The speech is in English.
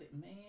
Man